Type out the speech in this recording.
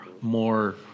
more